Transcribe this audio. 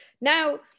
now